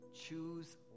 Choose